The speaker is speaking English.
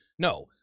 No